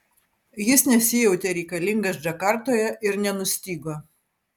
jis nesijautė reikalingas džakartoje ir nenustygo